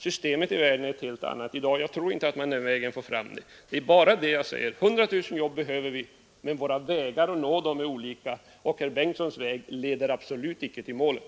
Systemet i världen är ett helt annat i dag, och jag tror inte att man den vägen får fram nya jobb. Det är alltså bara det jag vill säga: 100 000 nya jobb behöver vi, men våra vägar är olika, och herr Bengtsons väg leder absolut inte till målet.